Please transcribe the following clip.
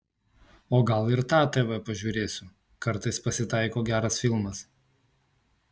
o gal ir tą tv pažiūrėsiu kartais pasitaiko geras filmas